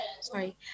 sorry